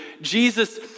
Jesus